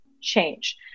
change